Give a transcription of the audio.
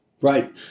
Right